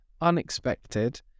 unexpected